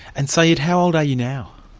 and sayed, how old are you now?